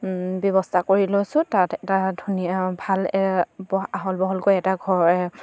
ব্যৱস্থা কৰি লৈছোঁ তাত এটা ধুনীয়া ভাল আহল বহলকৈ এটা ঘৰ